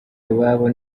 iwabo